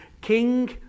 king